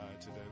today